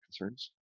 concerns